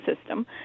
system